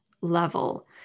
level